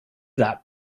that